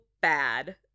bad